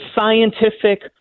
scientific